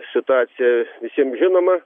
situacija visiem žinoma